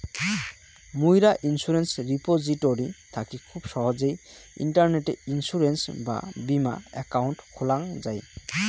মুইরা insurance repository থাকি খুব সহজেই ইন্টারনেটে ইন্সুরেন্স বা বীমা একাউন্ট খোলাং যাই